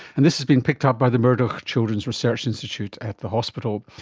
and this has been picked up by the murdoch children's research institute at the hospital.